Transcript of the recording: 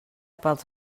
pels